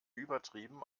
übertrieben